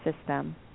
system